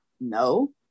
No